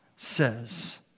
says